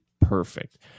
perfect